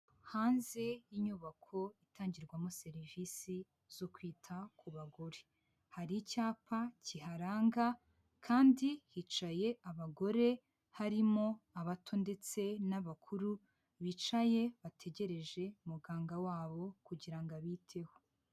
Hanze y'inyubako itangirwamo serivisi zo kwita ku bagore hari icyapa kiharanga kandi hicaye abagore harimo abato ndetse n'abakuru bicaye bategereje muganga wabo kugira ngo abiteho.